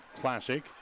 Classic